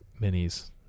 minis